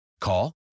call